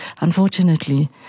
unfortunately